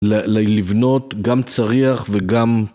לבנות גם צריח וגם